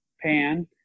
pan